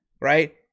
Right